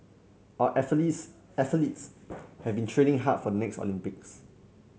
our athletes athletes have been training hard for next Olympics